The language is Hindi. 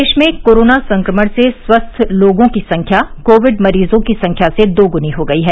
देश में कोरोना संक्रमण से स्वस्थ लोगों की संख्या कोविड मरीजों की संख्या से दोगुनी हो गई है